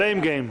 Blame game.